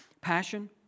passion